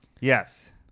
Yes